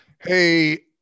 Hey